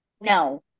no